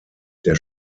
der